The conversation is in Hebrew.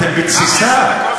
אתם בתסיסה,